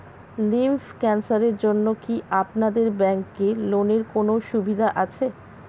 Lymph ক্যানসারের জন্য কি আপনাদের ব্যঙ্কে লোনের কোনও সুবিধা আছে?